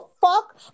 fuck